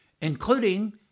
including